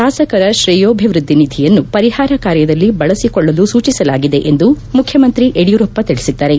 ಶಾಸಕರ ಶ್ರೇಯೋಭಿವ್ಯದ್ದಿ ನಿಧಿಯನ್ನು ಪರಿಪಾರ ಕಾರ್ಯದಲ್ಲಿ ಬಳಸಿಕೊಳ್ಳಲು ಸೂಚಿಸಲಾಗಿದೆ ಎಂದು ಮುಖ್ಯಮಂತ್ರಿ ಯಡಿಯೂರಪ್ಪ ತಿಳಿಸಿದ್ದಾರೆ